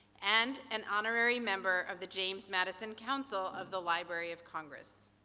and an honorary member of the james madison council of the library of congress.